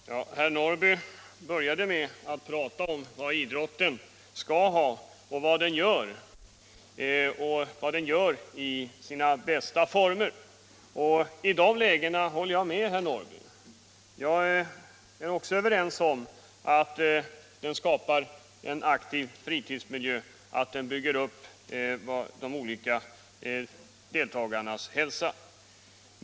Herr talman! Herr Norrby började med att prata om vad idrotten skall ha och vad den gör i sina bästa former. I de lägena håller jag med herr Norrby. Jag är också överens med honom om att den skapar en aktiv fritidsmiljö, att den bygger upp deltagarnas hälsa.